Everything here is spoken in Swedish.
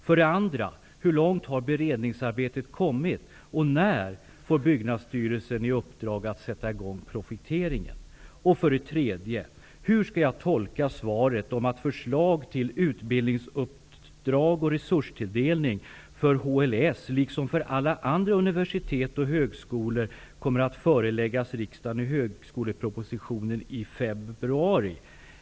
För det andra: Hur långt har beredningsarbetet kommit, och när får Byggnadsstyrelsen i uppdrag att sätta i gång projekteringen? För det tredje: Hur skall jag tolka det som står i svaret om att förslag ''till utbildningsuppdrag och resurstilldelning för HLS liksom för alla berörda universitet och högskolor kommer att föreläggas riksdagen i högskolepropositionen i februari nästa år''?